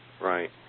right